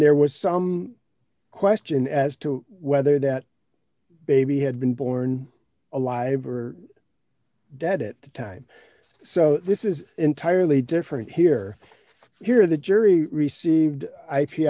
there was some question as to whether that baby had been born alive or dead it time so this is entirely different here here the jury received i